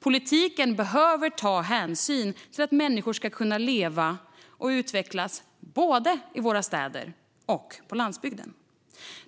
Politiken behöver ta hänsyn till att människor ska kunna leva och utvecklas både i våra städer och på landsbygden.